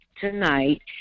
tonight